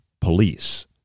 police